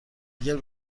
اگر